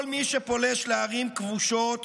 כל מי שפולש לערים כבושות